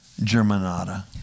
Germanata